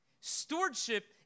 Stewardship